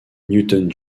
newton